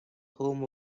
home